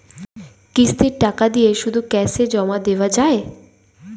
কিস্তির টাকা দিয়ে শুধু ক্যাসে জমা দেওয়া যায়?